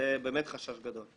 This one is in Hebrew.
וזה חשש גדול.